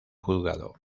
juzgado